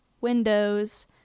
Windows